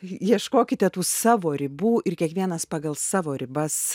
ieškokite tų savo ribų ir kiekvienas pagal savo ribas